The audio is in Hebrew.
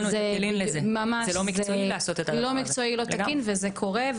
זה לא מקצועי, לא תקין, וזה קורה.